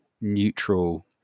neutral